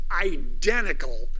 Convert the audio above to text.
identical